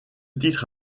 titre